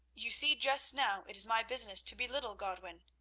you see just now it is my business to belittle godwin.